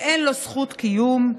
שאין לו זכות קיום,